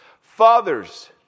Fathers